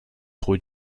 trop